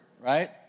right